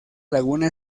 laguna